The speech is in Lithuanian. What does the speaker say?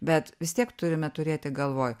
bet vis tiek turime turėti galvoj